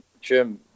Jim